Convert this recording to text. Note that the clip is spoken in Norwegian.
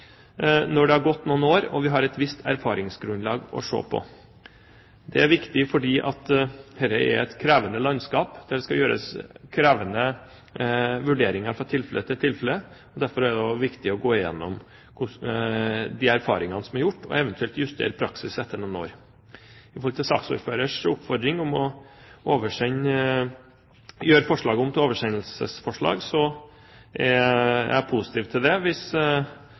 når det har gått noen år og vi har et visst erfaringsgrunnlag å se på. Det er viktig, fordi dette er et krevende landskap. Det skal gjøres krevende vurderinger fra tilfelle til tilfelle. Derfor er det også viktig å gå igjennom de erfaringene som er gjort, og eventuelt justere praksis etter noen år. Når det gjelder saksordførerens oppfordring om å gjøre forslaget om til et oversendelsesforslag, er jeg positiv til det hvis